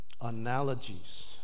analogies